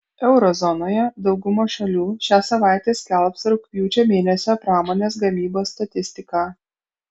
euro zonoje dauguma šalių šią savaitę skelbs rugpjūčio mėnesio pramonės gamybos statistiką